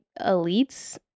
elites